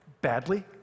badly